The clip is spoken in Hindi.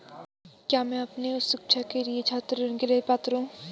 क्या मैं अपनी उच्च शिक्षा के लिए छात्र ऋण के लिए पात्र हूँ?